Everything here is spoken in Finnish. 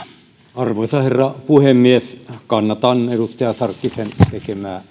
arvoisa herra puhemies kannatan edustaja sarkkisen tekemää